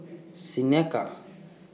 Seneca